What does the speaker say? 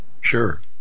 Sure